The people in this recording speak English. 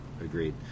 Agreed